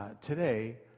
today